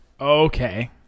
Okay